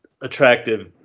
attractive